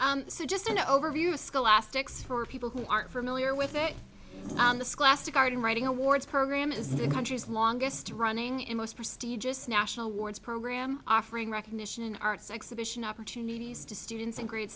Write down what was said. it so just an overview scholastics for people who aren't familiar with it on the school asked to garden writing awards program is the country's longest running in most prestigious national awards program offering recognition arts exhibition opportunities to students in gr